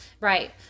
Right